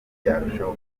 byarushaho